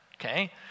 Okay